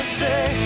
say